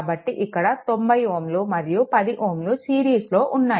కాబట్టి ఇక్కడ 90Ω మరియు 10Ω సిరీస్లో ఉన్నాయి